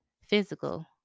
Physical